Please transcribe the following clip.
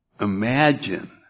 imagine